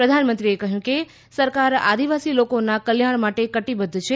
પ્રધાનમંત્રીએ કહ્યું કે સરકાર આદિવાસી લોકોના કલ્યાણ માટે કટિબદ્ધ છે